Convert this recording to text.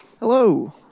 Hello